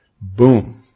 Boom